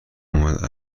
اومد